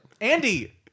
Andy